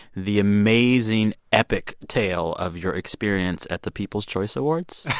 the amazing epic tale of your experience at the people's choice awards?